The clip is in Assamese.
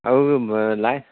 আৰু লাই